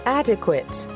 adequate